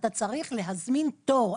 אתה צריך להזמין תור.